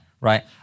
right